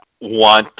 want